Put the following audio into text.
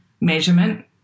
measurement